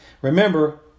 Remember